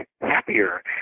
happier